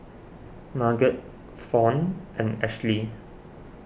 Margot Fount and Ashli